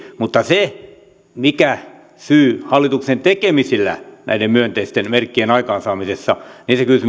mutta se kysymys siitä mikä syy on hallituksen tekemisillä näiden myönteisten merkkien aikaansaamisessa